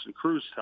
Cruz